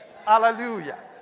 hallelujah